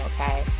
okay